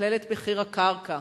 לשקלל את מחיר הקרקע.